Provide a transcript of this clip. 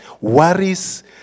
worries